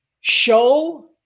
show